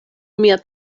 mia